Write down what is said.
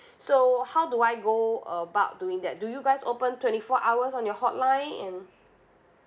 so how do I go about doing that do you guys open twenty four hours on your hotline and